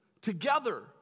Together